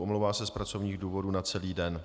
Omlouvá se z pracovních důvodů na celý den.